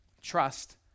trust